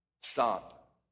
stop